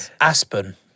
Aspen